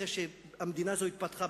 אחרי שהמדינה הזאת התפתחה.